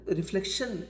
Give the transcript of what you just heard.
reflection